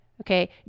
Okay